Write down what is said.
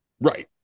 right